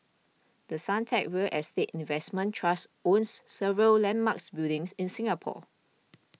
The Suntec real estate investment trust owns several landmarks buildings in Singapore